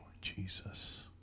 Jesus